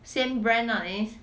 same brand nice